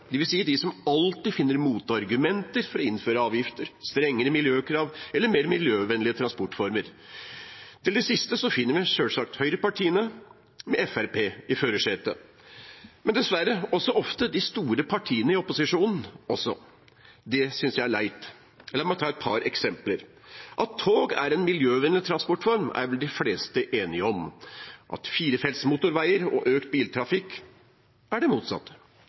alltid finner motargumenter mot å innføre avgifter, strengere miljøkrav eller mer miljøvennlige transportformer. Blant de siste finner vi selvsagt høyrepartiene, med Fremskrittspartiet i førersetet, men dessverre også ofte de store partiene i opposisjonen. Det synes jeg er leit. La meg ta et par eksempler. At tog er en miljøvennlig transportform, er vel de fleste enige om, og at firefelts motorveier og økt biltrafikk er det motsatte.